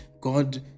God